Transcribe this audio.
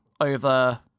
over